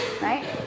right